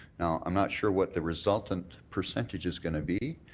now, i'm not sure what the resulting percentage is going to be,